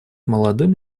молодым